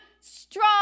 strong